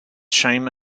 shame